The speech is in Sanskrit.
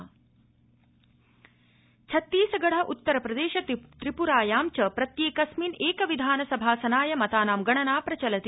मतगणना छत्तीसगढ उत्तरप्रदेश त्रिप्रायां च प्रत्येकस्मिन् एक विधानसभासनाय मतानां गणना प्रचलति